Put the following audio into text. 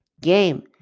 game